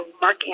Mark